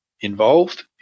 involved